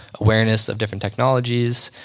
awareness of different technologies,